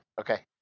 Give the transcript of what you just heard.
okay